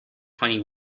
twenty